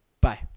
bye